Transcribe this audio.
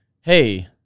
hey